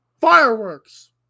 fireworks